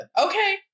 Okay